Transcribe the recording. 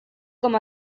com